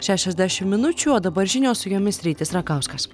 šešiasdešim minučių o dabar žinios su jomis rytis rakauskas